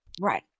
Right